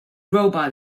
robot